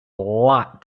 lot